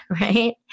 Right